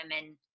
women